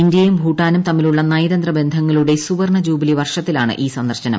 ഇന്തൃയും ഭൂട്ടാനും തമ്മിലുള്ള നയതന്ത്ര ബന്ധങ്ങളുടെ സുവർണ്ണ ജൂബിലി വർഷത്തിലാണ് ഈ സന്ദർശനം